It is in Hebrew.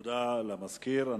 תודה למזכיר.